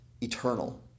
eternal